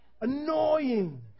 annoying